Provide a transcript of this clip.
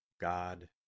God